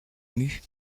mue